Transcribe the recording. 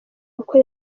uko